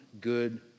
good